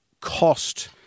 cost